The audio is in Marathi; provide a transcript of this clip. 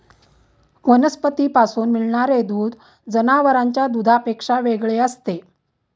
वनस्पतींपासून मिळणारे दूध जनावरांच्या दुधापेक्षा वेगळे असते